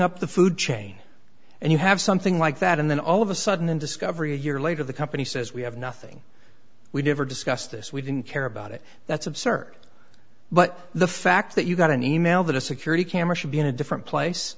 up the food chain and you have something like that and then all of a sudden in discovery a year later the company says we have nothing we never discussed this we didn't care about it that's absurd but the fact that you got an e mail that a security camera should be in a different place